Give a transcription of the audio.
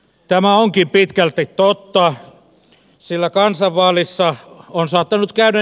tämä onkin pitkälti totta sillä kansanvaalissa on saattanut käydä